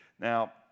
Now